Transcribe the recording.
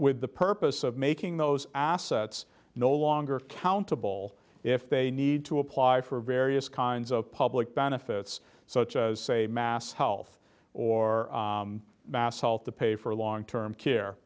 with the purpose of making those assets no longer accountable if they need to apply for various kinds of public benefits such as say mass health or mass health to pay for long term care